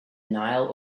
nile